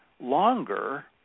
longer